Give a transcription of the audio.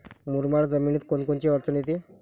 मुरमाड जमीनीत कोनकोनची अडचन येते?